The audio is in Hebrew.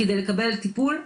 כדי לקבל טיפול.